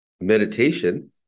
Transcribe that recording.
meditation